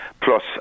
plus